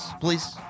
Please